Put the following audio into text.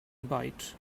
bite